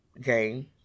game